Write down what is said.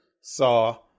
saw